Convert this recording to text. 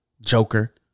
Joker